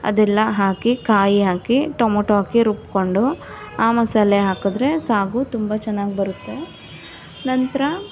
ಅದೆಲ್ಲ ಹಾಕಿ ಕಾಯಿ ಹಾಕಿ ಟೊಮೊಟೊ ಹಾಕಿ ರುಬ್ಕೊಂಡು ಆ ಮಸಾಲೆ ಹಾಕಿದ್ರೆ ಸಾಗು ತುಂಬ ಚೆನ್ನಾಗಿ ಬರುತ್ತೆ ನಂತರ